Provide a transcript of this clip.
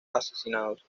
asesinados